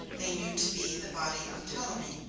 they knew to be the body of ptolemy.